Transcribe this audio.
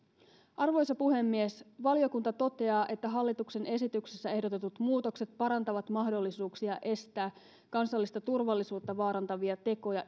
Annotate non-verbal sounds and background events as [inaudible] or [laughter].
arvoisa puhemies valiokunta toteaa että hallituksen esityksessä ehdotetut muutokset parantavat mahdollisuuksia estää kansallista turvallisuutta vaarantavia tekoja [unintelligible]